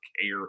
care